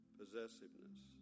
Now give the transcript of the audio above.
possessiveness